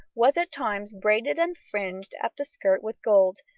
was at times braided and fringed at the skirt with gold,